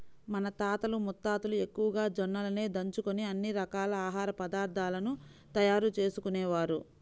మన తాతలు ముత్తాతలు ఎక్కువగా జొన్నలనే దంచుకొని అన్ని రకాల ఆహార పదార్థాలను తయారు చేసుకునేవారు